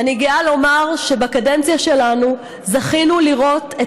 אני גאה לומר שבקדנציה שלנו זכינו לראות את